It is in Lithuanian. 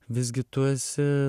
visgi tu esi